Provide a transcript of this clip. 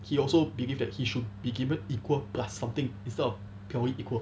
he also believed that he should be given equal plus something instead of can we equal